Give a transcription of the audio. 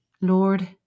Lord